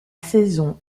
saison